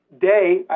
day